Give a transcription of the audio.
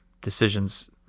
decisions